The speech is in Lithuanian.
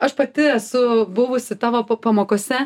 aš pati esu buvusi tavo pa pamokose